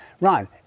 Ron